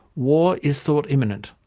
war is thought imminent.